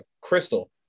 Crystal